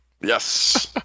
Yes